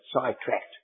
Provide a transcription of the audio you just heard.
sidetracked